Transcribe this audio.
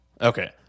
Okay